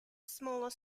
smaller